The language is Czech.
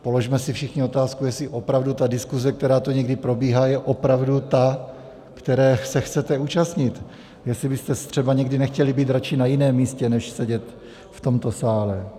Položme si všichni otázku, jestli opravdu ta diskuze, která tu někdy probíhá, je opravdu ta, které se chcete účastnit, jestli byste třeba někdy nechtěli být raději na jiném místě, než sedět v tomto sále.